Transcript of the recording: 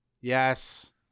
Yes